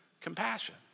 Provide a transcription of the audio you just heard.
compassion